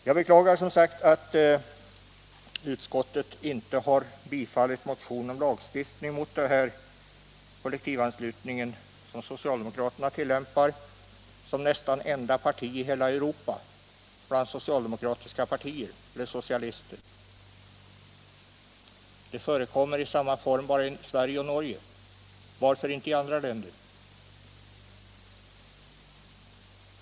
Jag beklagar som sagt att utskottet inte tillstyrkt motionen om lagstiftning mot den kollektivanslutning som socialdemokraterna tillämpar som nästan enda socialistiska parti i Europa. Kollektivanslutning förekommer i denna form bara i Sverige och Norge. Varför inte i andra länder?